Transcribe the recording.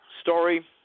story